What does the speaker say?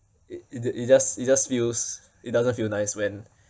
it it just it just feels it doesn't feel nice when